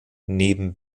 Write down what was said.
neben